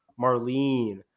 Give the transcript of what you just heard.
Marlene